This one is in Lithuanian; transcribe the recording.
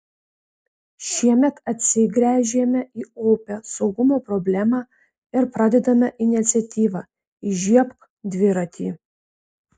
šiemet atsigręžėme į opią saugumo problemą ir pradedame iniciatyvą įžiebk dviratį